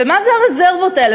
ומה זה הרזרבות האלה?